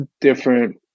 different